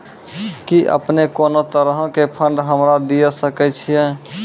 कि अपने कोनो तरहो के फंड हमरा दिये सकै छिये?